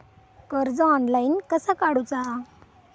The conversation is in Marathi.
कर्ज ऑनलाइन कसा काडूचा?